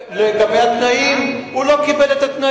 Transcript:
ולגבי התנאים, הוא לא קיבל את התנאים.